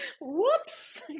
Whoops